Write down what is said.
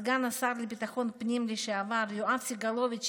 סגן השר לביטחון פנים לשעבר יואב סגלוביץ'